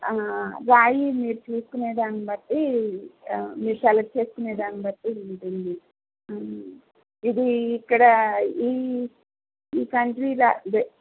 రాయి మీరు చూసుకునే దానిని బట్టి మీరు సెలెక్ట్ చేసుకునే దానిని బట్టి ఉంటుంది ఇది ఇక్కడ ఈ ఈ కంట్రీల అదే